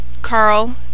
Carl